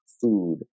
food